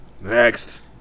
Next